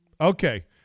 Okay